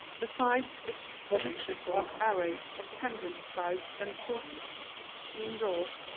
besides its symmetrical array of pendent sides and quarters indoors,